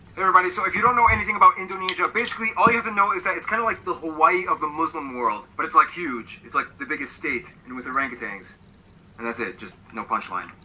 everybody so if you don't know anything about indonesia basically all you even know is that it's kind of like the hawaii of the muslim world but it's like huge it's like the biggest state and with the rankings and that's it just no punch line